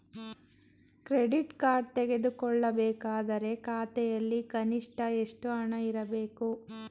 Credit card ತೆಗೆದುಕೊಳ್ಳಬೇಕಾದರೆ ಖಾತೆಯಲ್ಲಿ ಕನಿಷ್ಠ ಎಷ್ಟು ಹಣ ಇರಬೇಕು?